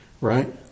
right